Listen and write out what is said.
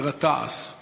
עיר התע"ש,